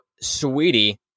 Sweetie